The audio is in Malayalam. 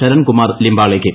ശരൺകുമാർ ലിംബാളെയ്ക്ക്